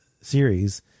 series